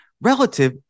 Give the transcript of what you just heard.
relative